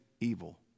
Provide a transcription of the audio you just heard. evil